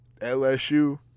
LSU